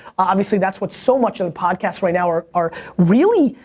obviously that's what so much of the podcast right now are are really,